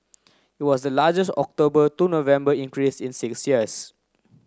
it was the largest October to November increase in six years